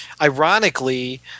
ironically